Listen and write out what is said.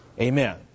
amen